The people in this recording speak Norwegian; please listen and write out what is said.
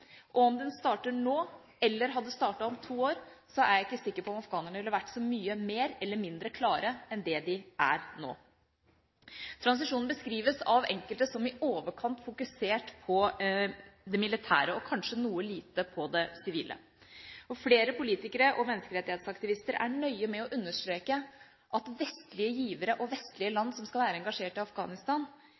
gang. Om den starter nå eller hadde startet om to år, er jeg ikke sikker på om afghanerne ville vært så mye mer eller mindre klare enn det de er nå. Transisjonen beskrives av enkelte som i overkant fokusert på det militære og kanskje noe lite på det sivile. Flere politikere og menneskerettighetsaktivister er nøye med å understreke at vestlige givere og vestlige land som skal være engasjert i Afghanistan,